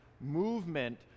movement